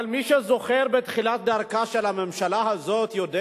אבל מי שזוכר בתחילת דרכה של הממשלה הזאת יודע,